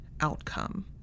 outcome